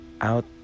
out